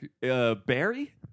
Barry